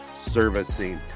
servicing